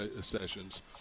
sessions